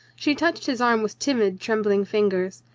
she touched his arm with timid trembling fingers.